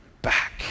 back